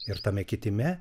ir tame kitime